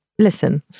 Listen